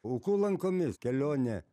ukų lankomis kelionė